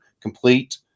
complete